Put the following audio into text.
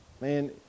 man